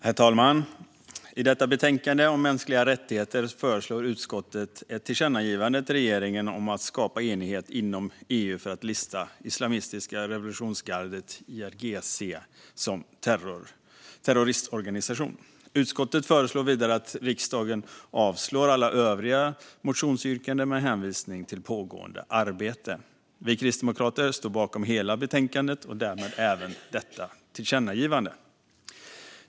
Herr talman! I detta betänkande om mänskliga rättigheter föreslår utskottet ett tillkännagivande till regeringen om att skapa enighet inom EU för att lista Islamiska revolutionsgardet, IRGC, som terroristorganisation. Utskottet föreslår vidare att riksdagen avslår alla övriga motionsyrkanden med hänvisning till pågående arbete. Vi kristdemokrater står bakom hela betänkandet och därmed även detta tillkännagivande.